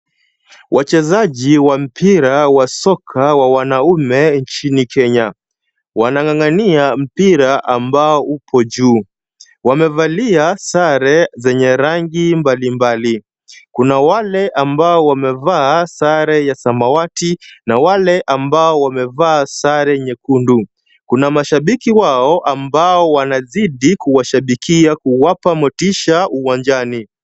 Wachezaji wa mpira ya soka ya wanaume nchini Kenya, wanang'ang'ania mpira ambao upo juu. Wamevalia sare zenye rangi mbalimbali, kuna wale ambao wamevaa sare ya samawati na wale ambao wamevaa sare nyekundu. Kuna mashabiki wao ambao wanazidi kuwashabikia kuwapa motisha uwanjani.